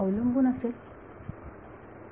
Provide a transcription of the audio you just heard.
विद्यार्थी तो अवलंबून आहे